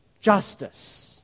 justice